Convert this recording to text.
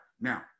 Now